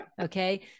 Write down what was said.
Okay